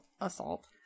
assault